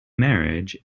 marriage